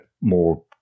more